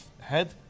head